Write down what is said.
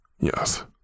Yes